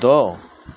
دو